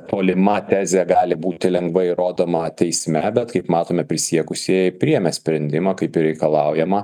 tolima tezė gali būti lengvai įrodoma teisme bet kaip matome prisiekusieji priėmė sprendimą kaip ir reikalaujama